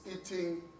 eating